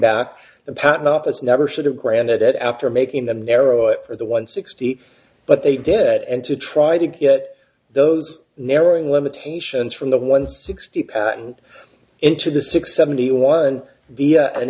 back the patent office never should have granted it after making the narrow it for the one sixty but they did that and to try to get those narrowing limitations from the one sixty patent into the six seventy one the an